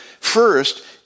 first